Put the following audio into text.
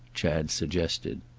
chad suggested.